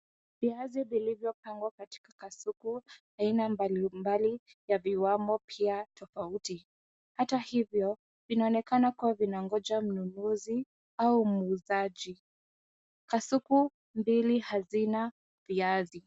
Viazi vilivyopangwa katika kasuku aina mbalimbali ya viwamo pia tofauti. Hata hivyo, vinaonekana kuwa vina ngoja mnunuzi au muuzaji. Kasuku 2 hazina viazi.